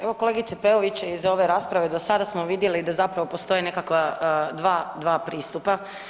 Evo kolegice Peović, iza ove rasprave do sada smo vidjeli da zapravo postoje nekakva dva pristupa.